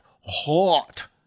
hot